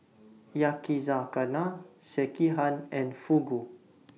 Yakizakana Sekihan and Fugu